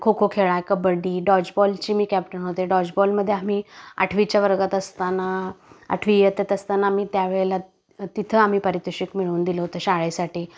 खो खो खेळला आहे कबड्डी डॉजबॉलची मी कॅप्टन होते डॉजबॉलमध्ये आम्ही आठवीच्या वर्गात असताना आठवी इयतेत असताना आम्ही त्यावेळेला तिथं आम्ही पारितोषिक मिळवून दिलं होतं शाळेसाठी